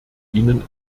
ihnen